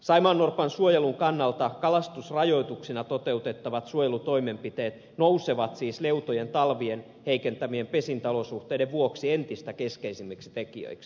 saimaannorpan suojelun kannalta kalastusrajoituksina toteutettavat suojelutoimenpiteet nousevat siis leutojen talvien heikentävien pesintäolosuhteiden vuoksi entistä keskeisimmiksi tekijöiksi